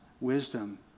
wisdom